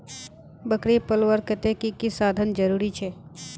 बकरी पलवार केते की की साधन जरूरी छे?